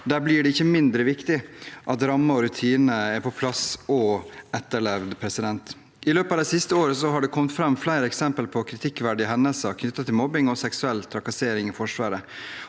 Da blir det ikke mindre viktig at rammer og rutiner er på plass og blir etterlevd. I løpet av det siste året har det kommet fram flere eksempler på kritikkverdige hendelser knyttet til mobbing og seksuell trakassering i Forsvaret.